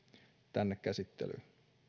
tänne käsittelyyn